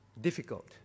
difficult